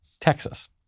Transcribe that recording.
Texas